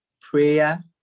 prayer